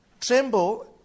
Tremble